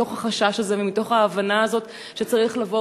מתוך החשש הזה ומתוך ההבנה הזו שצריך לבוא